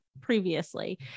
previously